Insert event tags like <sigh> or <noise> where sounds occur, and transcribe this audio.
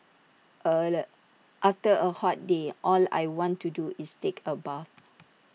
<unintelligible> after A hot day all I want to do is take A bath